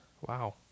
Wow